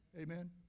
Amen